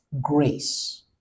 grace